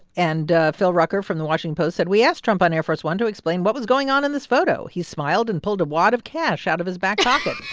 and phil rucker from the washington post said we asked trump on air force one to explain what was going on in this photo. he smiled and pulled a wad of cash out of his back pocket.